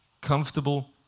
comfortable